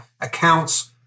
accounts